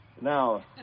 Now